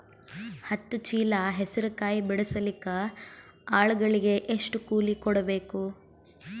ಹತ್ತು ಚೀಲ ಹೆಸರು ಕಾಯಿ ಬಿಡಸಲಿಕ ಆಳಗಳಿಗೆ ಎಷ್ಟು ಕೂಲಿ ಕೊಡಬೇಕು?